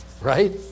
right